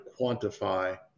quantify